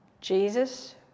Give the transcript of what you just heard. Jesus